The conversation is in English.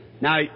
Now